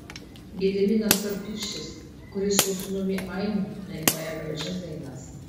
gediminas storpirštis kuris su sūnumi ainiu dainuoja gražias dainas